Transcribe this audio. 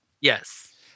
Yes